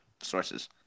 sources